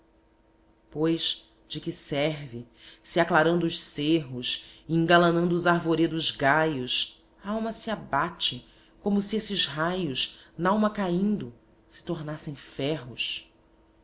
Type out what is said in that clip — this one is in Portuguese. pois de que serve se aclarandoos cerros e engalanando os arvoredos gaios a alma se abate como se esses raios nalma caindo se tornassem ferros